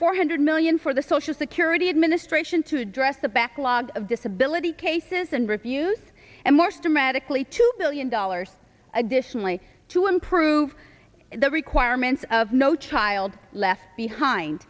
four hundred million for the social security administration to address the backlog of disability cases and reviews and more schematically two billion dollars additionally to improve the requirements of no child left behind